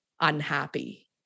unhappy